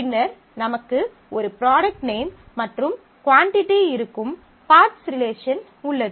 பின்னர் நமக்கு ஒரு ப்ராடக்ட் நேம் மற்றும் குவான்டிட்டி product name quantity இருக்கும் பார்ட்ஸ் ரிலேஷன் உள்ளது